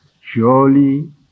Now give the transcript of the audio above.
Surely